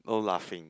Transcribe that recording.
no laughing